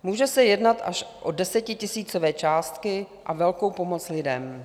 Může se jednat až o desetitisícové částky a velkou pomoc lidem.